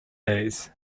days